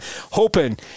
Hoping